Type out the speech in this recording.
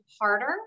harder